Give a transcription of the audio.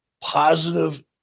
positive